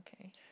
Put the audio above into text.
Okay